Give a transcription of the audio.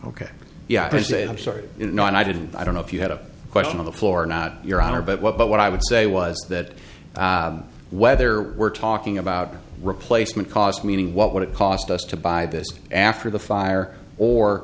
ok yeah i'm sorry no i didn't i don't know if you had a question on the floor or not your honor but what but what i would say was that whether we're talking about replacement cost meaning what would it cost us to buy this after the fire or